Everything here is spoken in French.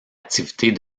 activités